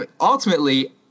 ultimately